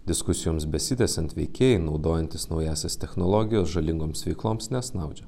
diskusijoms besitęsiant veikėjai naudojantys naująsias technologijas žalingoms veikloms nesnaudžia